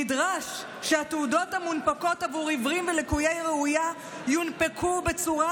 נדרש שהתעודות המונפקות עבור עיוורים ולקויי ראייה יונפקו בצורה